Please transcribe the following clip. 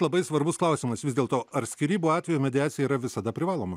labai svarbus klausimas vis dėl to ar skyrybų atveju mediacija yra visada privaloma